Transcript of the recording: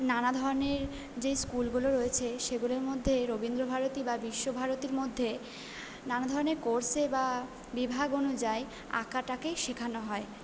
নানা ধরনের যেই স্কুলগুলো রয়েছে সেগুলোর মধ্যে রবীন্দ্রভারতী বা বিশ্বভারতীর মধ্যে নানা ধরনের কোর্সে বা বিভাগ অনুযায়ী আঁকাটাকে শেখানো হয়